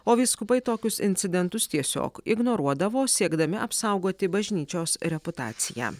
o vyskupai tokius incidentus tiesiog ignoruodavo siekdami apsaugoti bažnyčios reputaciją